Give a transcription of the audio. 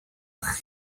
eich